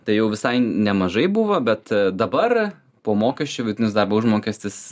tai jau visai nemažai buvo bet dabar po mokesčių vidinis darbo užmokestis